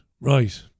Right